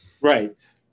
Right